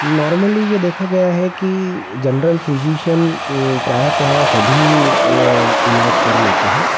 normally ये देखा गया है कि जनरल फिजिशियन प्रायः प्रायः सभी व इलाज कर लेते हैं